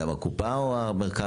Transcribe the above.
מטעם הקופה או המרכז?